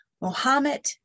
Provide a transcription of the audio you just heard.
Mohammed